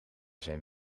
zijn